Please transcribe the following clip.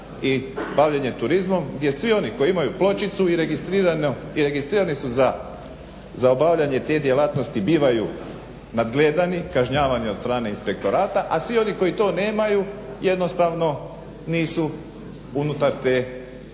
i bavljenje turizmom gdje svi oni koji imaju pločicu i registrirani su za obavljanje te djelatnosti bivaju nadgledani, kažnjavani od strane inspektorata, a svi oni koji to nemaju, jednostavno nisu unutar tog